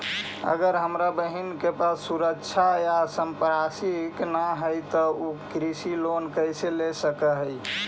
अगर हमर बहिन के पास सुरक्षा या संपार्श्विक ना हई त उ कृषि लोन कईसे ले सक हई?